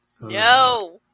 No